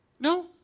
No